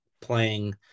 playing